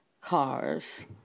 cars